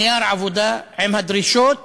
נייר עבודה עם הדרישות